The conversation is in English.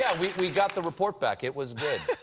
yeah we we got the report back, it was good.